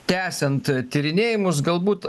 tęsiant tyrinėjimus galbūt